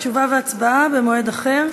תשובה והצבעה במועד אחר.